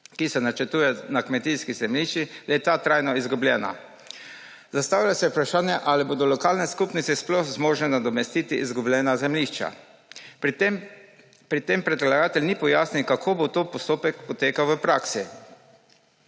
ki se načrtuje na kmetijskih zemljiščih, le-ta trajno izgubljena. Zastavlja se vprašanje, ali bodo lokalne skupnosti sploh zmožne nadomestiti izgubljena zemljišča. Pri tem predlagatelj ni pojasnil, kako bo ta postopek potekal v praksi.